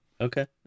Okay